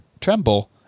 tremble